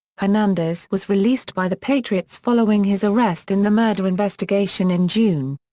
hernandez was released by the patriots following his arrest in the murder investigation in june.